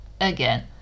Again